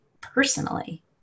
personally